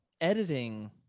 editing